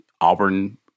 Auburn